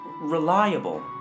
reliable